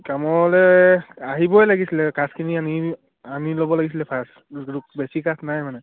কামলৈ আহিবই লাগিছিলে কাঠখিনি আনি আনি ল'ব লাগিছিলে ফাৰ্ষ্ট বেছি কাঠ নাই মানে